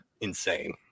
insane